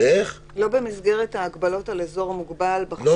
לא במסגרת ההגבלות על אזור המוגבל בחוק